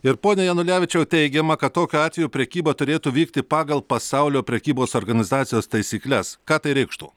ir pone janulevičiau teigiama kad tokiu atveju prekyba turėtų vykti pagal pasaulio prekybos organizacijos taisykles ką tai reikštų